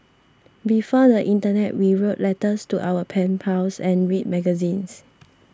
before the internet we wrote letters to our pen pals and read magazines